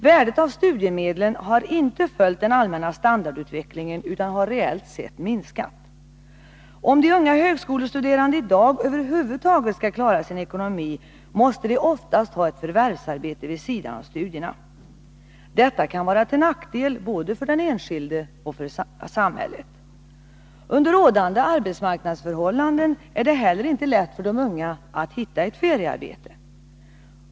Värdet av studiemedlen har inte följt den allmänna standardutvecklingen utan har reellt sett minskat. För att i dag över huvud taget klara sin ekonomi måste de unga högskolestuderande oftast ha ett förvärvsarbete vid sidan av studierna. Detta kan vara till nackdel både för den enskilde och för samhället. Under rådande arbetsmarknadsförhållanden är det inte heller lätt för de unga att hitta ett feriearbete.